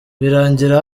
birangira